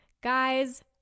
Guys